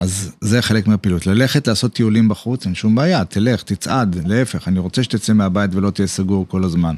אז זה חלק מהפעילות, ללכת לעשות טיולים בחוץ, אין שום בעיה, תלך, תצעד, להפך, אני רוצה שתצא מהבית ולא תהיה סגור כל הזמן.